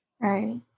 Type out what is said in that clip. Right